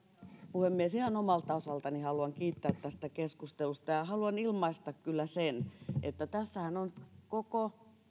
puhemies ihan omalta osaltani haluan kiittää tästä keskustelusta ja haluan ilmaista kyllä sen että tässähän on koko